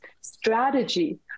strategy